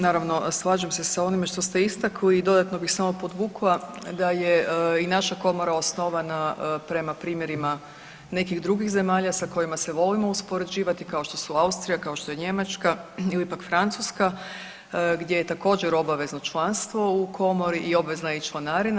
Naravno slažem se sa onime što ste istakli i dodatno bih samo podvukla da je i naša komora osnovana prema primjerima nekih drugih zemalja sa kojima se volimo uspoređivati kao što su Austrija, kao što je Njemačka ili pak Francuska gdje je također obavezno članstvo u komori i obvezna je i članarina.